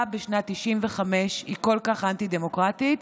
בשנת 1995 היא כל כך אנטי-דמוקרטית?